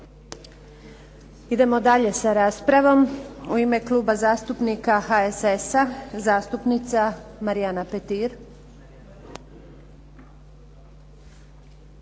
Idemo dalje sa raspravom. U ime Kluba zastupnika HSS-a, zastupnica Marijana Petir.